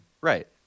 Right